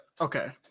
okay